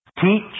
Teach